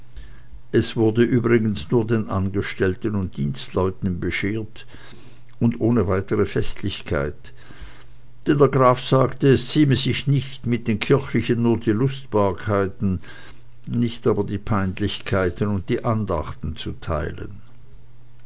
es wurde übrigens nur den angestellten und dienstleuten beschert und ohne weitere festlichkeit denn der graf sagte es zieme sich nicht mit den kirchlichen nur die lustbarkeiten nicht aber die peinlichkeiten und die andachten zu teilen